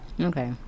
Okay